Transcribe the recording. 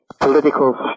political